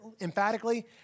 emphatically